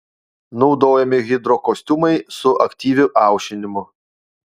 naudojami hidrokostiumai su aktyviu aušinimu